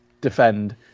defend